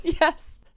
Yes